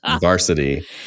varsity